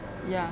ya